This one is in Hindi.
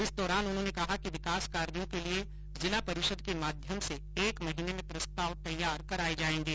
इस दौरान उन्होंने कहा कि विकास कार्यों के लिये जिला परिषद के माध्यम से एक महीने में प्रस्ताव तैयार कराये जायेंगे